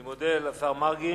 אני מודה לשר מרגי.